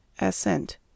Ascent